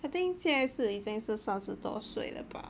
I think 现在是已经是三十多岁了吧